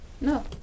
No